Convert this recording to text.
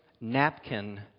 napkin